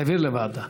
להעביר לוועדה.